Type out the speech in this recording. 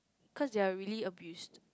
cause they are really abused